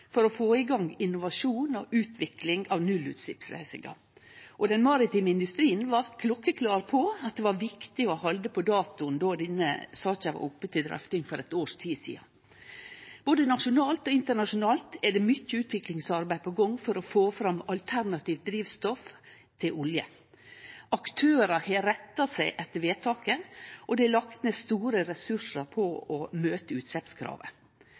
for å få i gang innovasjon og utvikling av nullutsleppsløysingar, og den maritime industrien var klokkeklar på at det var viktig å halde på datoen då denne saka var oppe til drøfting for eit års tid sidan. Både nasjonalt og internasjonalt er det mykje utviklingsarbeid på gang for å få fram alternativt drivstoff til olje. Aktørar har retta seg etter vedtaket, og det er lagt ned store ressursar på å møte utsleppskravet.